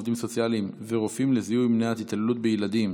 עובדים סוציאליים ורופאים לזיהוי ומניעת התעללות בילדים,